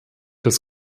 des